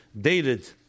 dated